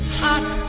hot